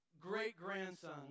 great-grandson